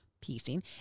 piecing